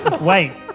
Wait